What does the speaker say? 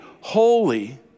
holy